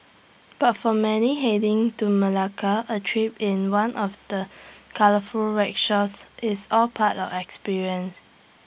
but for many heading to Malacca A trip in one of the colourful rickshaws is all part of experience